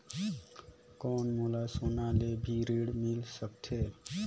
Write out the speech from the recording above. कौन मोला सोना ले भी ऋण मिल सकथे?